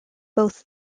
both